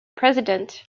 president